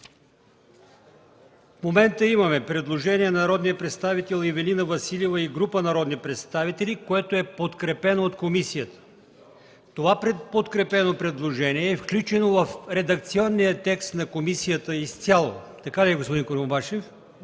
В момента имаме предложение от народния представител Ивелина Василева и група народни представители, подкрепено от комисията. Това подкрепено предложение е включено в редакционния текст на комисията изцяло. Гласуваме